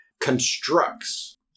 Constructs